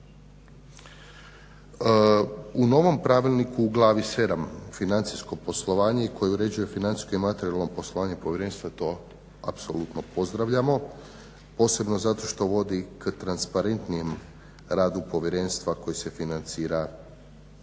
U novom pravilniku u Glavi 7. financijsko poslovanje koje uređuje financijsko i materijalno poslovanje povjerenstva to apsolutno pozdravljamo posebno zato što vodi k transparentnijem radu povjerenstva koje se financira